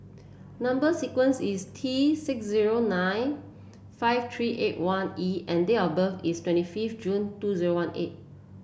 number sequence is T six zero nine five three eight one E and date of birth is twenty fifth June two zero one eight